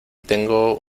tengo